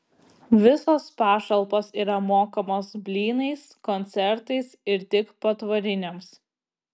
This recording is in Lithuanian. visos pašalpos yra mokamos blynais koncertais ir tik patvoriniams